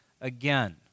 again